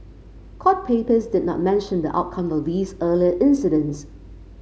court papers did not mention the outcome of these earlier incidents